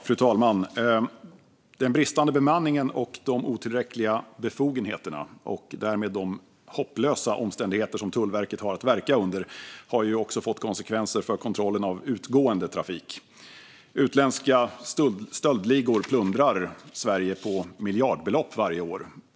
Fru talman! Den bristande bemanningen och de otillräckliga befogenheterna och därmed de hopplösa omständigheter som Tullverket har att verka under har också fått konsekvenser för kontrollen av utgående trafik. Utländska stöldligor plundrar Sverige på miljardbelopp varje år.